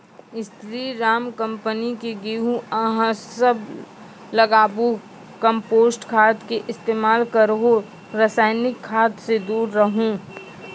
स्री Ram company के गेहूँ अहाँ सब लगाबु कम्पोस्ट खाद के इस्तेमाल करहो रासायनिक खाद से दूर रहूँ?